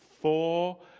four